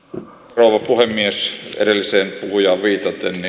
rouva puhemies edelliseen puhujaan viitaten